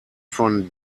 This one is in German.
von